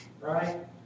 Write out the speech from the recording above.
right